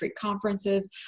conferences